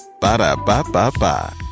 Ba-da-ba-ba-ba